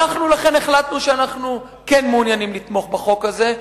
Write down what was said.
ולכן אנחנו החלטנו שאנחנו כן מעוניינים לתמוך בחוק הזה.